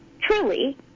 truly